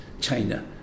China